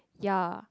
ya